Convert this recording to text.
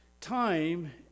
Time